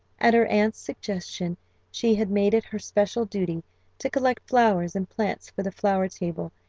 at her aunt's suggestion she had made it her special duty to collect flowers and plants for the flower table,